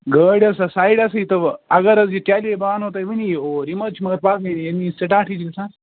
گٲڑۍ حظ تھٔو سایڈَسٕے تہٕ وۄنۍ اگر حظ یہِ چلے بہٕ اَنو تۄہہِ وٕنی یہِ اوٗرۍ یہِ مہٕ حظ چھِ مگر پَکنٕے ییٚلہِ نہٕ یہِ سِٹاٹٕے چھِ گژھان